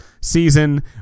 season